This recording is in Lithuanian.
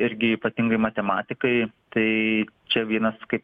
irgi ypatingai matematikai tai čia vienas kaip